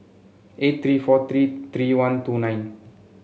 eight three four three three one two nine